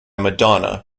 madonna